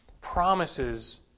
promises